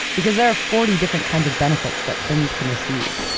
because there are forty different kinds of benefits that fins can receive,